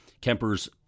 Kemper's